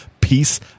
peace